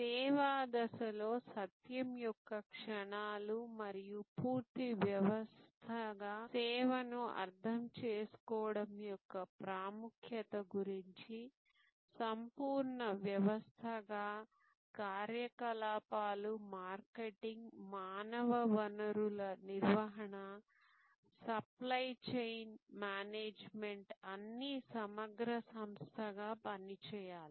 సేవా దశలో సత్యం యొక్క క్షణాలు మరియు పూర్తి వ్యవస్థగా సేవను అర్థం చేసుకోవడం యొక్క ప్రాముఖ్యత గురించి సంపూర్ణ వ్యవస్థగా కార్యకలాపాలు మార్కెటింగ్ మానవ వనరుల నిర్వహణ సప్లై చైన్ మేనేజ్మెంట్ అన్నీ సమగ్ర సంస్థగా పనిచేయాలి